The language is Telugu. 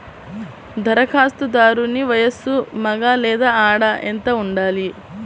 ధరఖాస్తుదారుని వయస్సు మగ లేదా ఆడ ఎంత ఉండాలి?